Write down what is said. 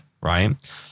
Right